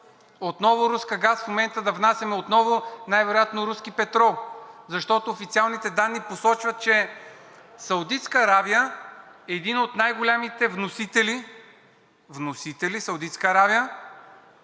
отново руска газ в момента да внасяме, отново най-вероятно руски петрол. Защото официалните данни посочват, че Саудитска Арабия е един от най-големите вносители – вносители,